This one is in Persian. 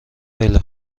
خیلی